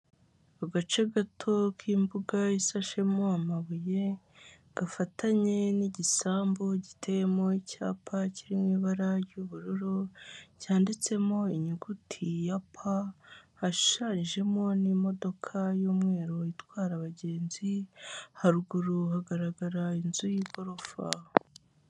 Agace gato k'imbuga isashemo amabuye, gafatanye n'igisambu giteyemo icyapa kirimo ibara ry'ubururu, cyanditsemo inyuguti ya pa, hashushanyijemo n'imodoka y'umweru itwara abagenzi, haruguru hagaragara inzu y'igorofa.